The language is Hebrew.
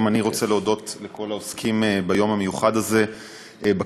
גם אני רוצה להודות לכל העוסקים ביום המיוחד הזה בכנסת,